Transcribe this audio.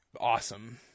awesome